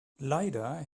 leider